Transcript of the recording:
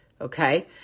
Okay